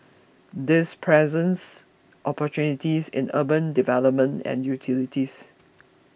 this presents opportunities in urban development and utilities